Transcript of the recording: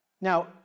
Now